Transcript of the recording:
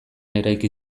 eraiki